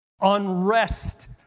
unrest